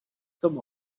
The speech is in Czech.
tom